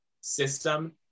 system